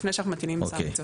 לפני שאנחנו מטילים סנקציות.